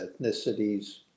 ethnicities